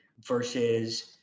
versus